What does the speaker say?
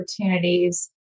opportunities